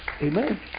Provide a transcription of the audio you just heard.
Amen